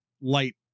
light